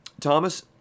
Thomas